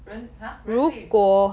人 !huh! 人类